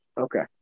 Okay